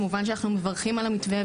כמובן שאנחנו מברכים על המתווה,